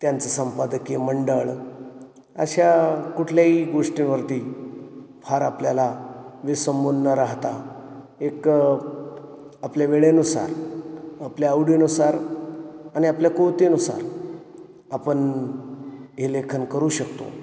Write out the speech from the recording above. त्यांचं संपादकीय मंडळ अशा कुठल्याही गोष्टींवरती फार आपल्याला विसंबून ना राहता एक आपल्या वेळेनुसार आपल्या आवडीनुसार आणि आपल्या कुवतेनुसार आपन हे लेखन करू शकतो